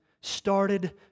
started